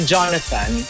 Jonathan